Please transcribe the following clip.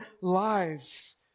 lives